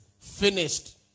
finished